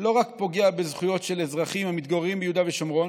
לא רק פוגע בזכויות של אזרחים המתגוררים ביהודה ושומרון,